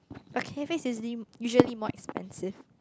but usually more expensive